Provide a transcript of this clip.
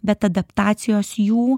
bet adaptacijos jų